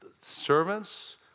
servants